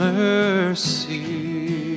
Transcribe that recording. mercy